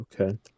Okay